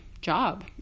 Job